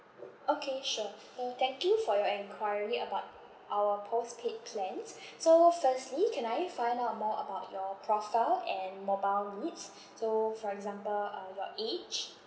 okay sure uh thank you for your enquiry about our postpaid plans so firstly can I find out more about your profile and mobile needs so for example uh your age